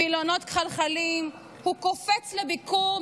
וילונות כחלחלים / הוא קופץ לביקור,